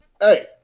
Hey